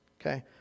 Okay